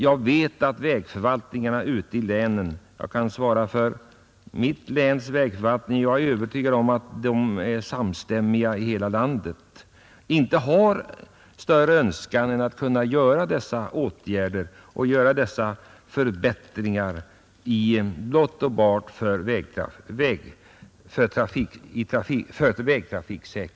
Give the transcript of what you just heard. Jag vet att vägförvaltningarna ute i länen — jag är övertygad om att de är samstämmiga i hela landet — inte har högre önskan än att kunna vidtaga förbättringsåtgärder enbart för främjande av säkrare vägtrafik.